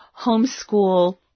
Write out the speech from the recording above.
homeschool